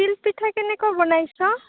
তিল পিঠা কেনেকৈ বনাইছ